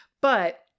But-